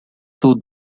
two